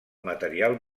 material